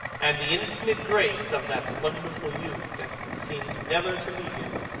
and the infinite grace of that wonderful youth that seemed never to leave him,